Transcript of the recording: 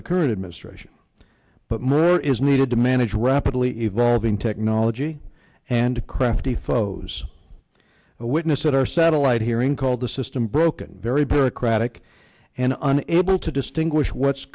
the current administration but more is needed to manage rapidly evolving technology and crafty fellows a witness at our satellite hearing called the system broken very bureaucratic and unable to distinguish what's